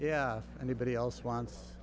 yeah anybody else wants